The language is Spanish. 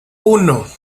uno